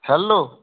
hello